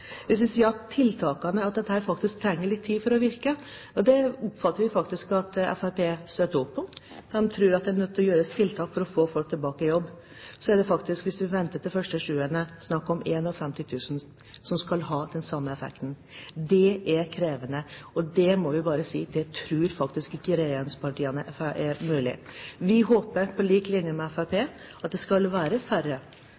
hvis dette gjøres fra årets start. Hvis vi sier at tiltakene trenger litt tid for å virke, oppfatter vi det slik at Fremskrittspartiet støtter opp om det. De tror at det må gjøres tiltak for å få folk tilbake i jobb. Da er det faktisk, hvis vi venter til 1. juli, snakk om 51 000 som skal ha den samme effekten. Det er krevende, og det må vi bare si at det tror ikke regjeringspartiene er mulig. Vi håper, på lik linje med